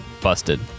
busted